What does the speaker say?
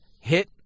hit